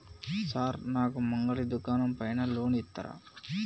Sir నాకు మంగలి దుకాణం పైన లోన్ ఇత్తరా?